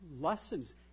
lessons